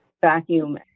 vacuum